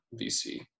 VC